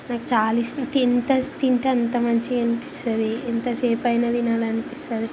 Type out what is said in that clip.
నాకు చాలా ఇస్ తింటా తింటే అంత మంచిగా అనిపిస్తుంది ఎంతసేపయినా తినాలనిపిస్తుంది